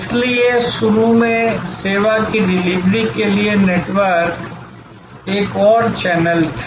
इसलिए शुरू में सेवा की डिलीवरी के लिए नेटवर्क एक और चैनल था